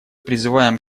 призываем